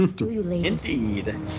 indeed